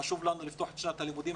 חשוב לנו לפתוח את שנת הלימודים.